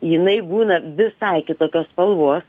jinai būna visai kitokios spalvos